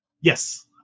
Yes